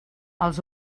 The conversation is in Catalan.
els